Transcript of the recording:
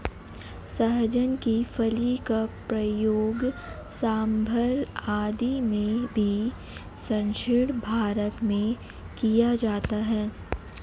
सहजन की फली का प्रयोग सांभर आदि में भी दक्षिण भारत में किया जाता है